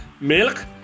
milk